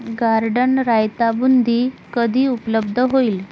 garden raita boondi कधी उपलब्ध होईल